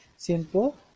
simple